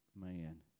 man